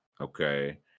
Okay